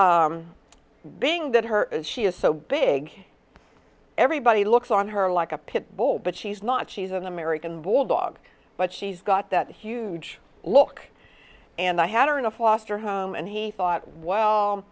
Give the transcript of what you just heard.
being that her she is so big everybody looks on her like a pit bull but she's not she's an american bulldog but she's got that huge look and i had her in a foster home and he thought well